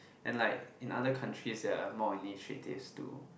and like in other countries there are more initiatives to